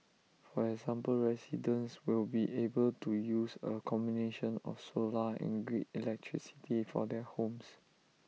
for example residents will be able to use A combination of solar and grid electricity for their homes